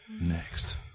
next